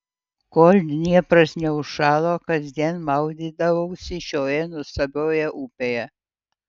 kol dniepras neužšalo kasdien maudydavausi šioje nuostabioje upėje